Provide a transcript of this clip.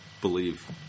believe